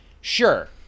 Sure